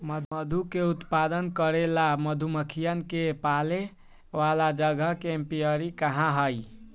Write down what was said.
मधु के उत्पादन करे ला मधुमक्खियन के पाले वाला जगह के एपियरी कहा हई